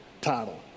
title